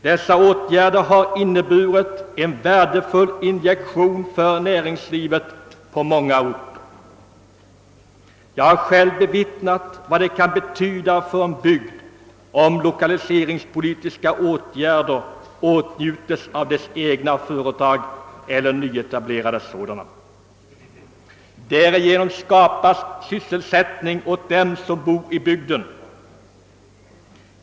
Dessa åtgärder har inneburit en värdefull injektion för näringslivet på många orter. Jag har själv bevittnat vad det kan betyda för en bygd om dess egna gamla företag eller nyetablerade sådana kan komma i åtnjutande av lokaliseringspolitiskt stöd. Därigenom skapas sysselsättning åt dem som bor i bygden.